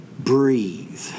breathe